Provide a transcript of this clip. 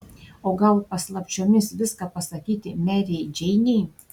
o gal paslapčiomis viską pasakyti merei džeinei